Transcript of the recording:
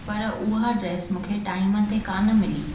पर उहा ड्रैस मूंखे टाइम ते कोन मिली